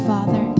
Father